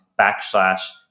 backslash